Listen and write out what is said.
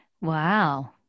Wow